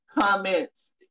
comments